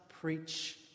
preach